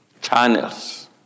channels